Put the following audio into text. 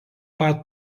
pat